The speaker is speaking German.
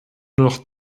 noch